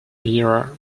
era